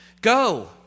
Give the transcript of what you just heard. Go